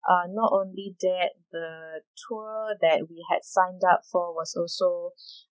uh not only that the tour that we had signed up for was also